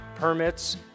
permits